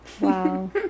Wow